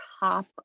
Top